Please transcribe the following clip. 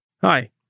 Hi